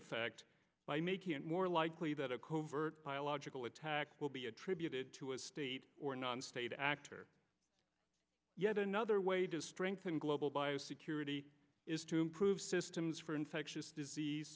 effect by making it more likely that a covert biological attack will be attributed to a state or non state actor yet another way to strengthen global bio security is to improve systems for infectious disease